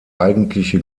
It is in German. eigentliche